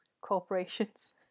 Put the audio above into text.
corporations